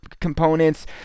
components